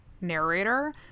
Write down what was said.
narrator